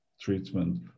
treatment